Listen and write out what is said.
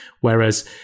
Whereas